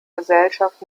gesellschaft